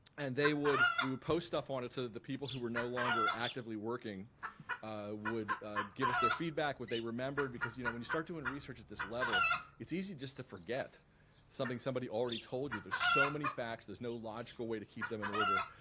and they would we would post stuff on it so the people who were no longer actively working would give us their feedback, what they remembered because you know when you start doing research at this level it's easy just to forget something somebody already told you. there's so many facts. there's no logical way to keep them in order.